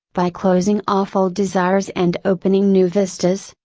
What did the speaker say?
by closing off old desires and opening new vistas,